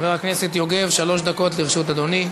חבר הכנסת יוגב, שלוש דקות לרשות אדוני.